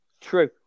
True